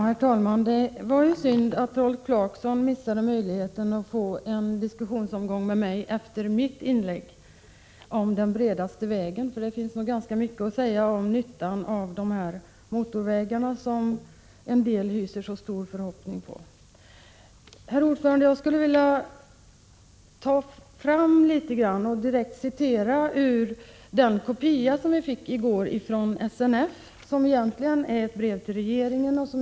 Herr talman! Det var ju synd att Rolf Clarkson missade möjligheten att få en diskussionsomgång med mig efter mitt inlägg om den bredaste vägen. Det finns ganska mycket att säga om nyttan av motorvägar, som en del har så stora förhoppningar på. Herr talman! Jag vill direkt citera ur den framställning som gjorts av SNF i ett brev till regeringen, vilket vi i går fick en kopia av.